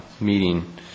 meeting